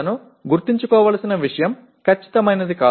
நீங்கள் நினைவில் கொள்ள வேண்டிய ஒன்று இந்த செயல்முறைகள் துல்லியமானது அல்ல